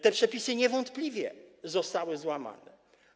Te przepisy niewątpliwie zostały złamane.